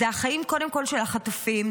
זה החיים קודם כול של החטופים,